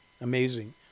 Amazing